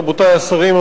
רבותי השרים,